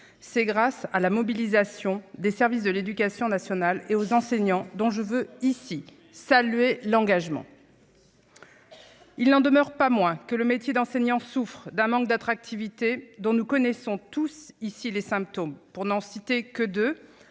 c'est grâce à la mobilisation des services de l'éducation nationale et aux enseignants, dont je veux ici saluer l'engagement. Il n'en demeure pas moins que le métier d'enseignant souffre d'un manque d'attractivité, dont nous connaissons tous ici les symptômes. La baisse continue du